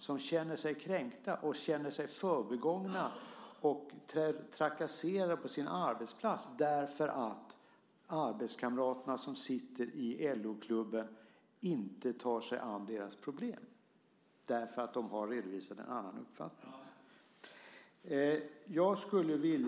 De känner sig kränkta, förbigångna och trakasserade på sin arbetsplats därför att arbetskamraterna som sitter i LO-klubben inte tar sig an deras problem eftersom de har redovisat en annan uppfattning.